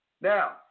now